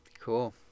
cool